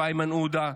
ואיימן עודה,